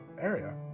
area